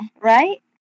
right